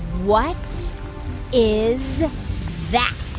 what is that?